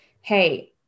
hey